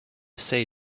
say